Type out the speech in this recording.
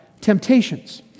temptations